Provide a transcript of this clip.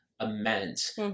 immense